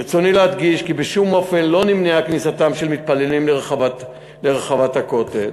ברצוני להדגיש כי בשום אופן לא נמנעה כניסתם של מתפללים לרחבת הכותל.